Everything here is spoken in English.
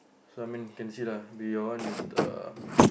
so I mean can see lah your one is the